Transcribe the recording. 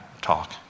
talk